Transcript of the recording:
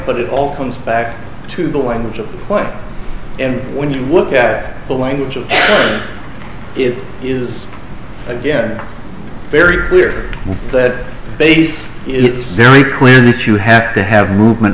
but it all comes back to the language of white and when you look at the language of it is very clear that base it's very clear that you have to have movement